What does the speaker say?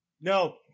No